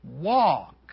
walk